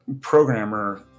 programmer